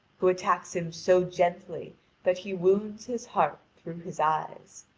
who attacks him so gently that he wounds his heart through his eyes.